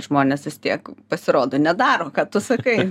žmonės vis tiek pasirodo nedaro ką tu sakai